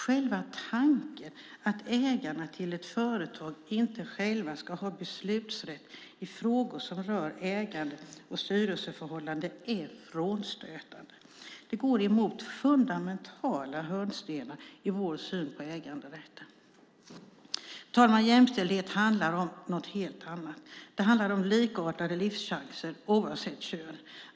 Själva tanken att ägarna till ett företag inte själva ska ha beslutsrätt i frågor som rör ägande och styrelseförhållanden är frånstötande. Det går emot fundamentala hörnstenar i vår syn på äganderätten. Herr talman! Jämställdhet handlar om något helt annat. Det handlar om att ha likartade livschanser oavsett kön.